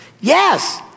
Yes